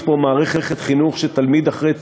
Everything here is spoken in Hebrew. פה מערכת חינוך שתלמיד אחרי תלמיד,